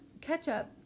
Ketchup